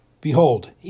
Behold